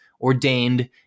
ordained